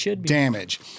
damage